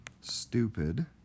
stupid